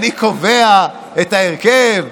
אני קובע את ההרכב?